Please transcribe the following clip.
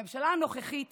הממשלה הנוכחית